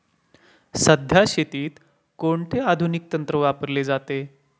सध्या शेतीत कोणते आधुनिक तंत्र वापरले जाते?